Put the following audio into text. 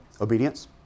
Obedience